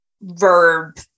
verb